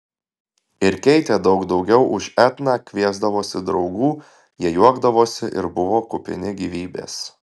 ir keitė daug daugiau už etną kviesdavosi draugų jie juokdavosi ir buvo kupini gyvybės